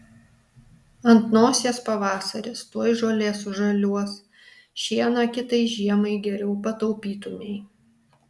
ant nosies pavasaris tuoj žolė sužaliuos šieną kitai žiemai geriau pataupytumei